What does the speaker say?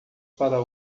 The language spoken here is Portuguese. para